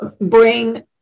bring